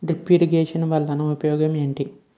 drip irrigation వలన ఉపయోగం ఏంటి